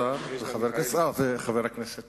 וחבר הכנסת